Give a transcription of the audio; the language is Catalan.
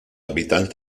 habitants